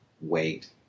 wait